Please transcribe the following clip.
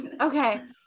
Okay